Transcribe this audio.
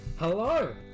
hello